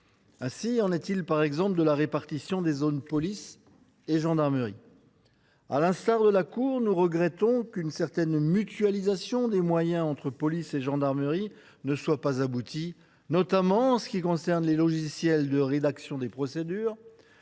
Ainsi en est il de la répartition des zones police et gendarmerie. À l’instar de la Cour, nous regrettons que la mutualisation des moyens entre police et gendarmerie ne soit pas assez aboutie, notamment en ce qui concerne les logiciels de rédaction des procédures,